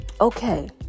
Okay